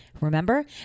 Remember